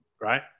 right